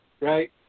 right